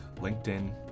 LinkedIn